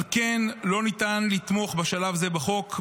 על כן לא ניתן לתמוך בשלב זה בחוק.